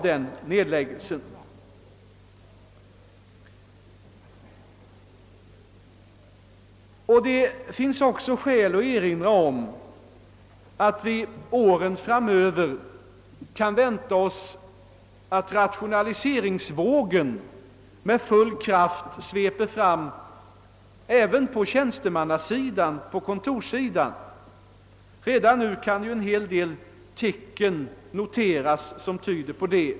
Det finns också skäl att erinra om att vi åren framöver kan vänta oss att rationaliseringsvågen med full kraft sveper fram även på tjänstemannasidan, på kontorssidan. Redan nu kan ju tecken noteras som tyder på detta.